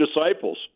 disciples